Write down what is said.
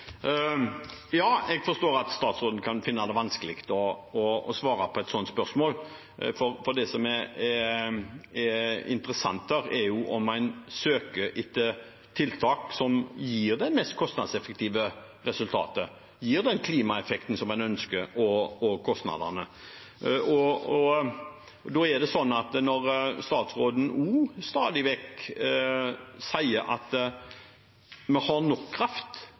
Ja, jeg forstår at statsråden kan finne det vanskelig å svare på et sånt spørsmål, for det som er interessant der, er jo om en søker etter tiltak som gir det mest kostnadseffektive resultatet, gir den klimaeffekten en ønsker, opp mot kostnadene. Statsråden sier også stadig vekk at vi har nok kraft, det er ikke problemer med kraft, vi kan elektrifisere, vi kan få de nye etableringene vi